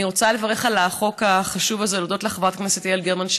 אני רוצה לברך על החוק החשוב הזה ולהודות לחברת הכנסת יעל גרמן,